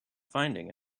finding